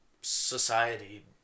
society